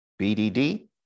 BDD